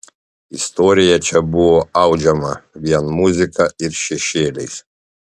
istorija čia buvo audžiama vien muzika ir šešėliais